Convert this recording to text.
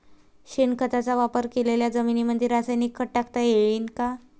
शेणखताचा वापर केलेल्या जमीनीमंदी रासायनिक खत टाकता येईन का?